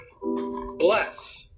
bless